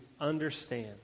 understand